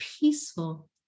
peaceful